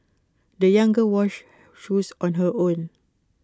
the young girl washed shoes on her own